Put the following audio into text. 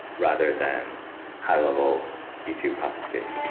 rather than high-level youtube classification